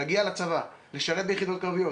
להגיע לצבא, לשרת ביחידות קרביות.